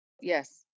Yes